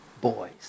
boys